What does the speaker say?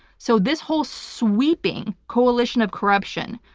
so this whole sweeping coalition of corruption,